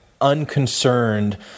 unconcerned